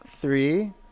Three